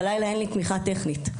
בלילה אין לי תמיכה טכנית,